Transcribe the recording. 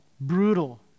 brutal